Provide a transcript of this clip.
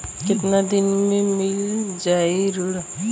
कितना दिन में मील जाई ऋण?